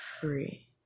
free